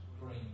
green